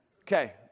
okay